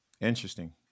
Interesting